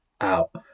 out